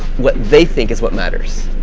what they think is what matters.